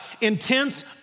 intense